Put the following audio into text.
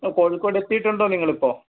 കോഴിക്കോടെത്തിയിട്ടുണ്ടോ നിങ്ങളിപ്പോൾ